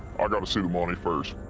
i gotta see the money first.